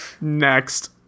Next